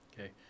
Okay